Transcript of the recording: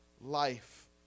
life